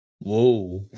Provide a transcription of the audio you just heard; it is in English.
Whoa